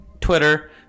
twitter